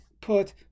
put